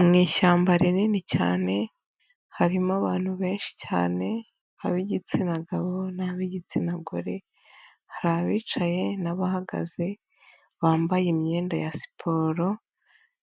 Mu ishyamba rinini cyane, harimo abantu benshi cyane, ab'igitsina gabo n'ab'igitsina gore, hari abicaye n'abahagaze bambaye imyenda ya siporo,